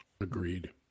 Agreed